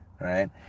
Right